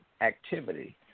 activity